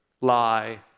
lie